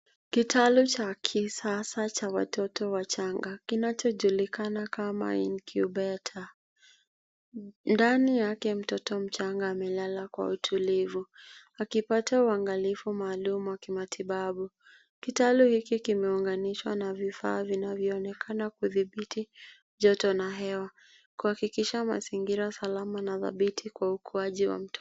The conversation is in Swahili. Kitalu cha kisasa cha watoto wachanga, kinachojulikana kama incubator . Ndani yake mtoto mchanga amelala kwa utulivu, akipata uangalifu maalumu wa kimatibabu. Kitalu hiki kimeunganishwa na vifaa vinavyoonekana kudhibiti joto na hewa, kuhakikisha mazingira salama na thabiti kwa ukuaji wa mtoto.